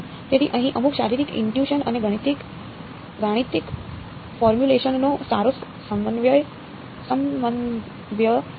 તેથી અહીં અમુક શારીરિક ઈંટયૂશન અને ગાણિતિક ફોર્મ્યુલેશનનો સારો સમન્વય છે